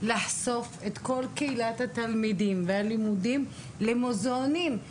לחשוף את כל קהילת התלמידים והלימודים למוזיאונים,